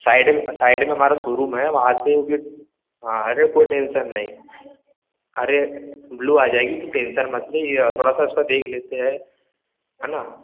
side में side में हमारा शोरूम है वहाँ से हाँ अरे कोई टेंशन नहीं अरे ब्लू आ जाएगी तू टेंशन मत ले थोड़ा सा इसका देख लेते हैं है ना